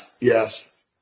Yes